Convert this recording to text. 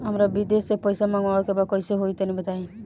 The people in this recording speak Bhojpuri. हमरा विदेश से पईसा मंगावे के बा कइसे होई तनि बताई?